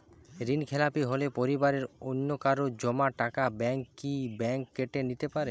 ঋণখেলাপি হলে পরিবারের অন্যকারো জমা টাকা ব্যাঙ্ক কি ব্যাঙ্ক কেটে নিতে পারে?